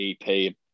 EP